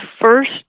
first